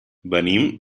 venim